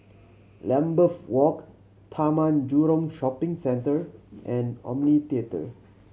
Lambeth Walk Taman Jurong Shopping Centre and Omni Theatre